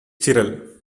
chiral